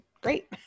great